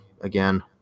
Again